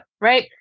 right